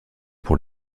pour